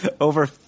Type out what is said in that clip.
over